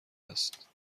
است